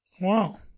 wow